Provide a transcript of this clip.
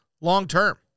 long-term